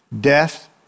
death